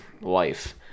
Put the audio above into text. life